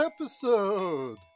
episode